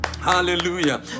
Hallelujah